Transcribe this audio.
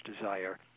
desire